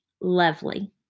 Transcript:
Lovely